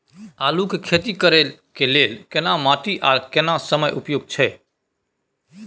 आलू के खेती करय के लेल केना माटी आर केना समय उपयुक्त छैय?